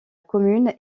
commune